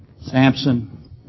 Samson